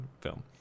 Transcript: film